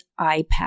iPad